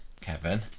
Kevin